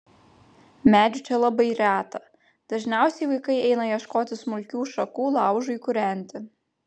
medžių čia labai reta dažniausiai vaikai eina ieškoti smulkių šakų laužui kūrenti